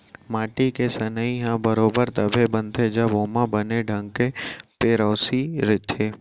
माटी के सनई ह बरोबर तभे बनथे जब ओमा बने ढंग के पेरौसी रइथे